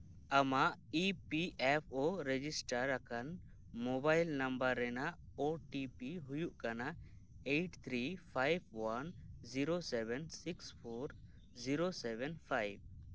ᱟᱢᱟᱜ E P F O register ᱟᱠᱟᱱ mobile number ᱨᱮᱱᱟᱜ ᱳ ᱴᱤ ᱯᱤ ᱦᱩᱭᱩᱜ ᱠᱟᱱᱟ eight three five one zero seven six four zero seven five